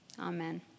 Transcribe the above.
Amen